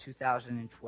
2012